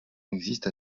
existe